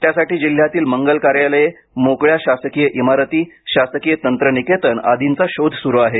त्यासाठी जिल्ह्यातील मंगल कार्यालये मोकळ्या शासकीय इमारती शासकीय तंत्रनिकेतन आदींचा शोध सुरू आहे